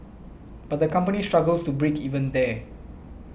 but the company struggles to break even there